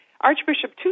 Archbishop